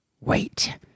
wait